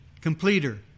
completer